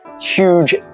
huge